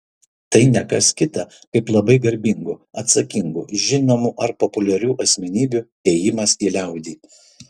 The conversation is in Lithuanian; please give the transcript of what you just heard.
tai ne kas kita kaip labai garbingų atsakingų žinomų ar populiarių asmenybių ėjimas į liaudį